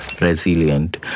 resilient